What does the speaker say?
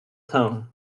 tone